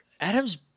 Adam's